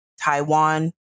Taiwan